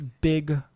big